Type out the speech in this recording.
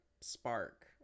spark